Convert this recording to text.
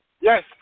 Yes